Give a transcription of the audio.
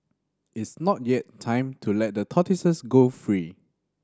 it's not yet time to let the tortoises go free